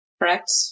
Correct